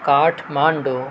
کاٹھ Mandu